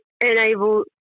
Enable